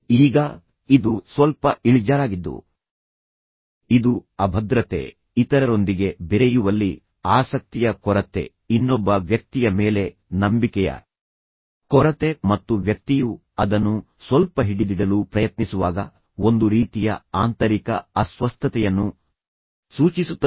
ಈಗ ಇದು ಸ್ವಲ್ಪ ಇಳಿಜಾರಾಗಿದ್ದು ಇದು ಅಭದ್ರತೆ ಇತರರೊಂದಿಗೆ ಬೆರೆಯುವಲ್ಲಿ ಆಸಕ್ತಿಯ ಕೊರತೆ ಇನ್ನೊಬ್ಬ ವ್ಯಕ್ತಿಯ ಮೇಲೆ ನಂಬಿಕೆಯ ಕೊರತೆ ಮತ್ತು ವ್ಯಕ್ತಿಯು ಅದನ್ನು ಸ್ವಲ್ಪ ಹಿಡಿದಿಡಲು ಪ್ರಯತ್ನಿಸುವಾಗ ಒಂದು ರೀತಿಯ ಆಂತರಿಕ ಅಸ್ವಸ್ಥತೆಯನ್ನು ಸೂಚಿಸುತ್ತದೆ